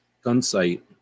Gunsight